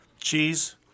Cheese